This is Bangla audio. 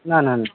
না না না